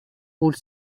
rôle